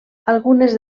algunes